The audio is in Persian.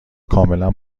کاملا